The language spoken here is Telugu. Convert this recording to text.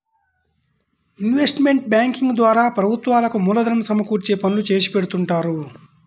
ఇన్వెస్ట్మెంట్ బ్యేంకింగ్ ద్వారా ప్రభుత్వాలకు మూలధనం సమకూర్చే పనులు చేసిపెడుతుంటారు